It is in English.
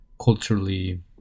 culturally